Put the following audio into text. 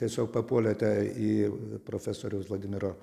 tiesiog papuolėte į profesoriaus vladimiro